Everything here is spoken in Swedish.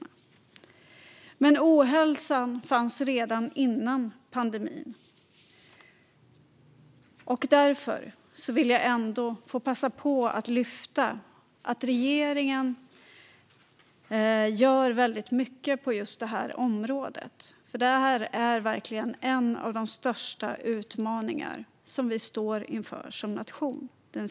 Psykisk ohälsa fanns dock redan före pandemin, och jag vill därför passa på att lyfta upp att regeringen gör mycket på just detta område. Psykisk ohälsa är ju en av de största utmaningarna vi står inför som nation.